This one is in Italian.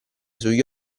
sugli